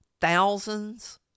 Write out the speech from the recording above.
thousands